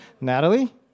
Natalie